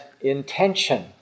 intention